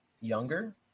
younger